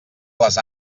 les